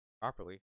properly